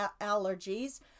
allergies